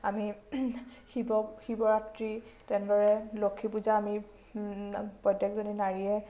আমি শিৱৰাত্ৰি তেনেদৰে লখীপূজা আমি প্ৰত্যেকজনী নাৰীয়ে